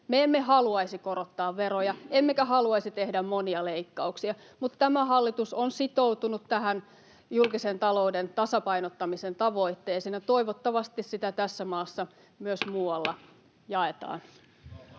Me emme haluaisi korottaa veroja, emmekä haluaisi tehdä monia leikkauksia, mutta tämä hallitus on sitoutunut tähän julkisen talouden tasapainottamisen tavoitteeseen, ja toivottavasti sitä tässä maassa myös muualla jaetaan.